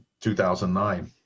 2009